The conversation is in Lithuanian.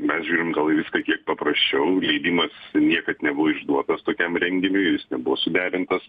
mes žiūrim gal į viską kiek paprasčiau leidimas niekad nebuvo išduotas tokiam renginiui ir jis nebuvo suderintas